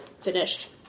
finished